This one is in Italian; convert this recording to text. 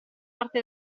parte